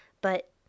But—